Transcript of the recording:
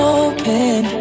open